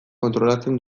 kontrolatzen